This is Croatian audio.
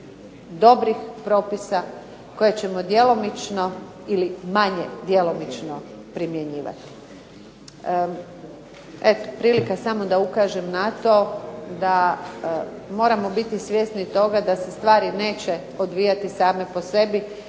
dobrih propisa koje ćemo djelomično ili manje djelomično primjenjivati. Eto, prilika samo da ukažem na to da moramo biti svjesni toga da se stvari neće odvijati same po sebi.